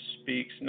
speaks